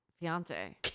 fiance